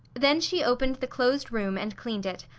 then she opened the closed room and cleaned it,